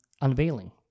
unveiling